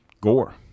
Gore